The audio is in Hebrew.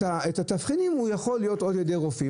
התבחינים יכולים להיקבע על ידי רופאים.